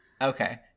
Okay